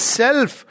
self